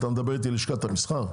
אתה מדבר איתי על לשכת המסחר,